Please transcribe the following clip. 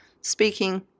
speaking